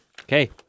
Okay